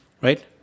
right